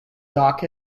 dock